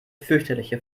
fürchterliche